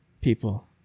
people